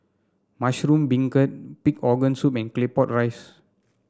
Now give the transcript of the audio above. Mushroom Beancurd Pig Organ Soup and Claypot Rice